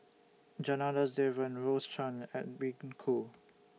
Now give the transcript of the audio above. Janadas Devan Rose Chan Edwin Koo